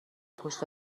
پشت